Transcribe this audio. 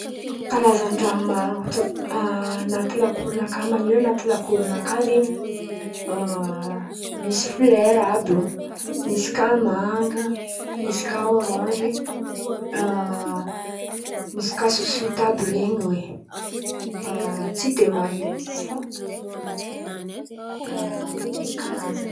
Karazan-draha maro tsab- anaty lakoro nakà, man̈iry an̈aty lakoro nakà zen̈y misy flera àby eo misy kà manga misy kà ôranzy misy kà sosoty àby ren̈y oe fa tsy de maro ndraiky izy fa misy karazany eo.